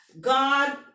God